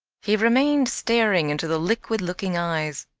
he remained staring into the liquid-looking eyes.